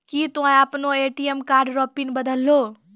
की तोय आपनो ATM card रो पिन बदलहो